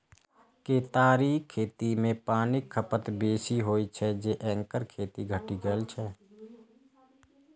केतारीक खेती मे पानिक खपत बेसी होइ छै, तें एकर खेती घटि गेल छै